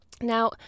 Now